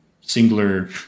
singular